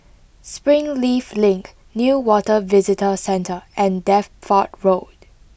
Springleaf Link Newater Visitor Centre and Deptford Road